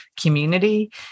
community